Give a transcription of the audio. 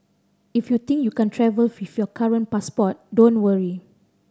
if you think you can't travel with your current passport don't worry